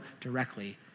directly